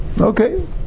Okay